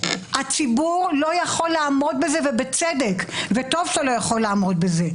הציבור לא יכול לעמוד בזה ובצדק וטוב שלא יכול לעמוד בזה.